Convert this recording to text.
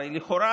הרי לכאורה,